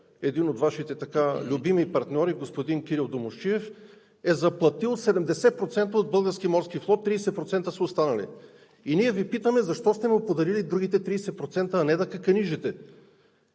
един от Вашите любими партньори – господин Кирил Домусчиев, е заплатил 70% от „Български морски флот“, 30% са останали! И ние Ви питаме: защо сте му подарили другите 30%, а не да каканижете!